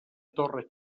torre